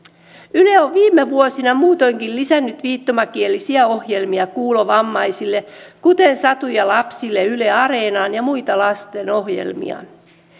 yle on viime vuosina muutoinkin lisännyt viittomakielisiä ohjelmia kuulovammaisille kuten satuja lapsille yle areenaan ja muita lastenohjelmia